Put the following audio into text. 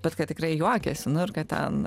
bet kad tikrai juokiasi nu ir kad ten